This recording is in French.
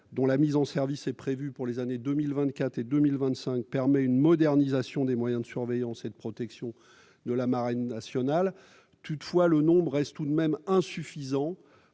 dont la mise en service est prévue pour les années 2024 et 2025, permet une modernisation des moyens de surveillance et de protection de la marine nationale. Toutefois, le nombre reste insuffisant